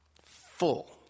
full